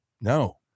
no